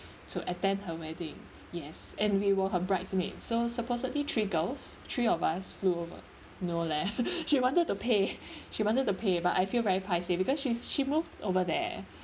to attend her wedding yes and we were her bridesmaid so supposedly three girls three of us flew over no leh she wanted to pay she wanted to pay but I feel very paiseh because she's she moved over there